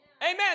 Amen